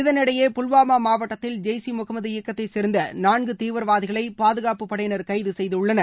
இதனிடையே புல்வாமா மாவட்டத்தில் ஜெய் ஈ முகமது இயக்கத்தைச் சேர்ந்த நான்கு தீவிரவாதிகளை பாதுகாப்பு படையினர் கைது செய்துள்ளனர்